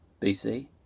BC